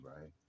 right